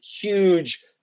huge